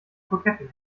kroketten